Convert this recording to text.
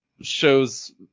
shows